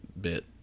bit